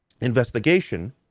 investigation